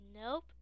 nope